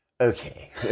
okay